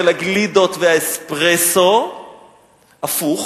של הגלידות והאספרסו הפוך,